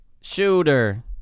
Shooter